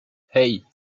hey